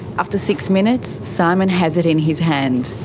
after six minutes, simon has it in his hand.